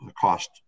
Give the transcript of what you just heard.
cost